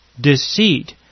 deceit